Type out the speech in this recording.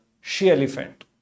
she-elephant